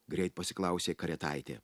greit pasiklausė karietaitė